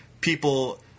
people